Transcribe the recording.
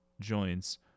joints